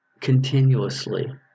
continuously